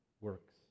works